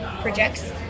projects